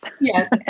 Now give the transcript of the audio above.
Yes